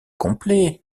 complet